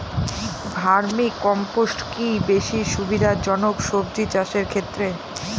Vermi compost কি বেশী সুবিধা জনক সবজি চাষের ক্ষেত্রে?